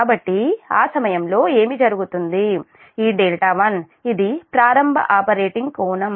కాబట్టి ఆ సమయంలో ఏమి జరుగుతుంది ఈ δ1 ఇది ప్రారంభ ఆపరేటింగ్ కోణం